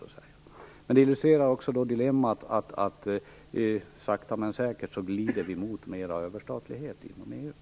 Det illustrerar också dilemmat att vi sakta men säkert glider mot ökad överstatlighet inom EU.